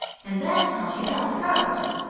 and that's how she got the property.